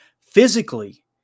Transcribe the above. Physically